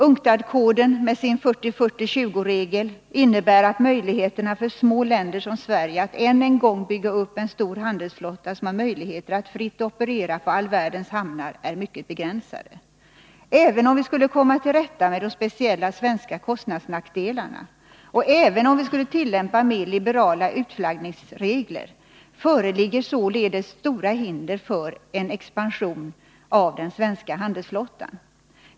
UNCTAD-koden med sin 40-40-20-regel innebär att möjligheterna för små länder som Sverige att än en gång bygga upp en stor handelsflotta, som kan fritt operera på all världens hamnar, är mycket begränsade. Även om vi skulle komma till rätta med de speciella svenska kostnadsnackdelarna och även om vi skulle tillämpa mer liberala utflaggningsregler, föreligger således stora hinder för en expansion av den svenska handelsflottan.